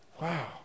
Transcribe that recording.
Wow